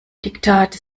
diktate